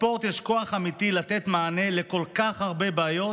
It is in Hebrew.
בספורט יש כוח אמיתי לתת מענה לכל כך הרבה בעיות